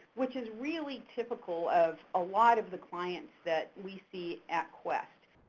which is really typical of a lot of the clients that we see at quest.